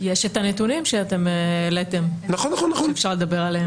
יש את הנתונים שהעליתם, שאפשר לדבר עליהם.